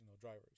drivers